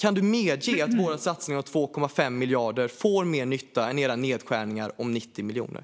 Kan du medge att våra satsningar om 2,5 miljarder ger mer nytta än era nedskärningar om 90 miljoner?